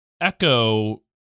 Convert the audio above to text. echo